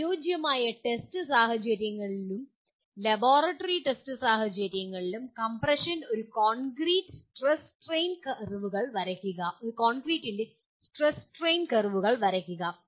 അനുയോജ്യമായ ടെസ്റ്റ് സാഹചര്യങ്ങളിലും laboratory test സാഹചര്യങ്ങളിലും കംപ്രഷനിൽ ഒരു കോൺക്രീറ്റിന്റെ സ്ട്രെസ് സ്ട്രെയിൻ കർവുകൾ വരയ്ക്കുക